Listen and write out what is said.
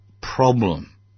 problem